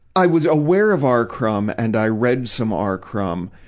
i was aware of r. crumb, and i read some r. crumb.